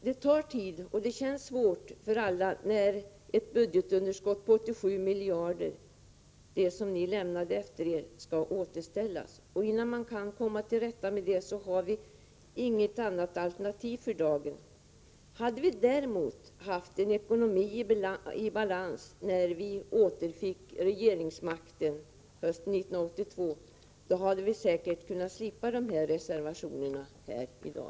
Det tar tid, och det känns svårt för alla, när ett budgetunderskott på 87 miljarder, som ni lämnade efter er, skall återställas. Innan vi kan komma till rätta med det har vi inget annat alternativ för dagen: Hade vi däremot haft en ekonomi i balans när vi återfick regeringsmakten hösten 1982, hade vi säkert sluppit dessa reservationer i dag.